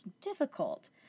difficult